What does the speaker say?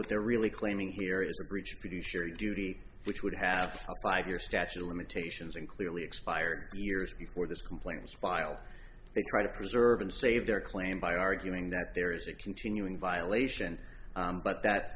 what they're really claiming here is a breach produce your duty which would have by your statute of limitations and clearly expired years before this complaint was filed they try to preserve and save their claim by arguing that there is a continuing violation but that